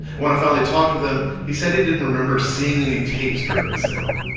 when i finally talked with him, he said he didn't remember seeing any tapes during the sale.